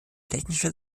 technische